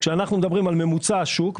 שאנחנו מדברים על ממוצע שוק,